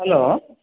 hello